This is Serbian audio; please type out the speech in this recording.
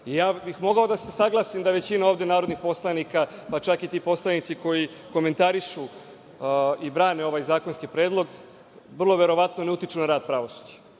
Mogao bih da se saglasim da ovde većina narodnih poslanika, pa čak i ti poslanici koji komentarišu i brane ovaj zakonski predlog, vrlo verovatno ne utiču na rad pravosuđa.